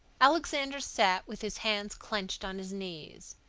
alexander sat with his hands clenched on his knees.